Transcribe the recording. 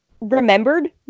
remembered